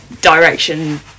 direction